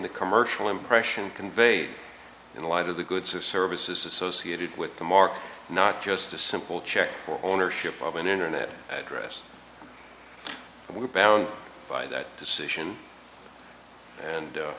the commercial impression conveyed in light of the goods or services associated with the market not just a simple check or ownership of an internet address and we're bound by that decision and